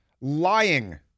lying